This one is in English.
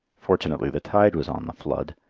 fortunately the tide was on the flood,